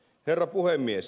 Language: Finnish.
herra puhemies